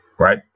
right